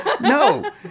no